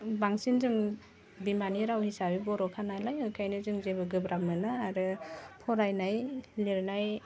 बांसिन जों बिमानि रावनि हिसाबै बर'खा नालाय ओखायनो जों जेबो गोब्राब मोना आरो फरायनाय लिरनाय